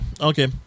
okay